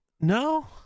No